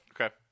Okay